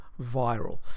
viral